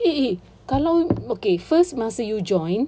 !ee! !ee! kalau okay first masa you join